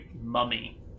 mummy